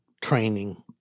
training